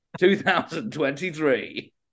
2023